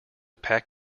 pack